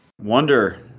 Wonder